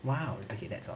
!wow! okay that's all